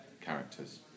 characters